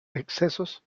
excesos